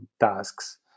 tasks